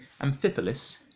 Amphipolis